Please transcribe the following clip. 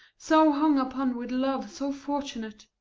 so hung upon with love, so fortunate,